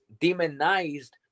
demonized